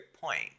point